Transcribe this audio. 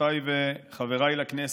חברותיי וחבריי לכנסת,